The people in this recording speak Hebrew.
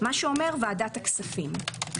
מה שאומר ועדת הכספים.